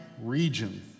region